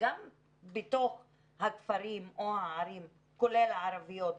גם בתוך הכפרים או הערים כולל הערביות.